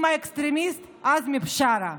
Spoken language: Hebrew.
עם האקסטרימיסט עזמי בשארה.